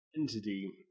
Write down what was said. entity